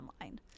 online